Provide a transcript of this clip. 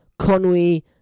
Conwy